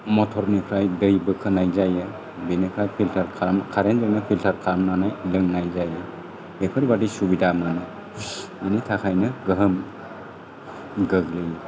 मटर निफ्राय दै बोखोनाय जायो बेनिफ्राय फिल्टार खालाम कारेन्त जोंनो फिल्टार खालामनानै लोंनाय जायो बेफोरबादि सुबिदा मोनो बेनि थाखायनो गोहोम गोग्लैयो